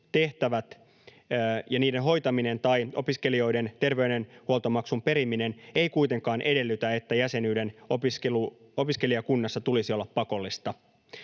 tehtävät ja niiden hoitaminen tai opiskelijoiden terveydenhuoltomaksun periminen eivät kuitenkaan edellytä, että jäsenyyden opiskelijakunnassa tulisi olla pakollista.